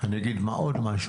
אני אגיד עוד משהו,